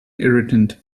irritant